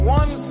one